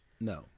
no